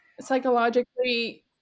psychologically